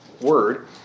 word